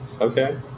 okay